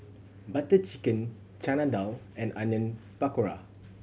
Butter Chicken Chana Dal and Onion Pakora